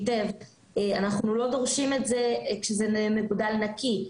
אנחנו לא דורשים את זה כשזה מגודל נקי,